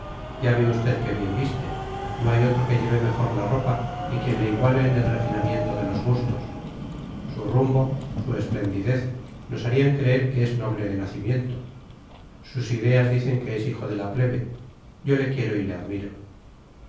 ya ve usted qué bien viste no hay otro que lleve mejor la ropa ni quien le iguale en el refinamiento de los gustos su rumbo su esplendidez nos harían creer que es noble de nacimiento sus ideas dicen que es hijo de la plebe yo le quiero y le admiro